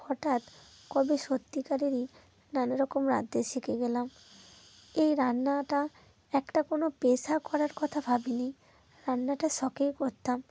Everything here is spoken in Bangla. হঠাৎ কবে সত্যিকারেরই নানা রকম রাঁধতে শিখে গেলাম এই রান্নাটা একটা কোনো পেশা করার কথা ভাবিনি রান্নাটা শখেই করতাম